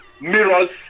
mirrors